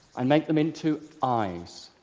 and make them into eyes.